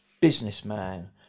businessman